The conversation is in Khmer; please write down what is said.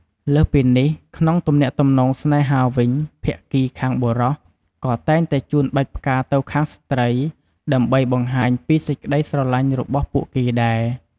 លើសពីនេះ ក្នុងទំនាក់ទំនងស្នេហាវិញ ភាគីខាងបុរសក៏តែងតែជូនបាច់ផ្កាទៅខាងស្ត្រី ដើម្បីបង្ហាញពីសេចក្ដីស្រឡាញ់របស់ពួកគេដែរ។